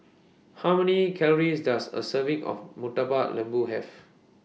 How Many Calories Does A Serving of Murtabak Lembu Have